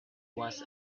was